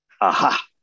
Aha